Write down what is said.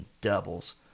doubles